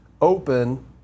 open